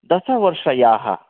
दशवर्षया